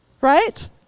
Right